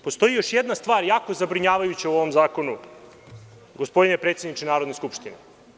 Postoji još jedna stvar jako zabrinjavajuća u ovom zakonu, gospodine predsedniče Narodne skupštine.